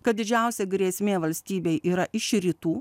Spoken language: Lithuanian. kad didžiausia grėsmė valstybei yra iš rytų